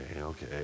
okay